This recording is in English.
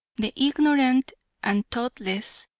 the ignorant and thoughtless,